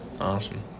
Awesome